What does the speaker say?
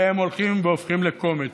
והם הולכים והופכים לקומץ.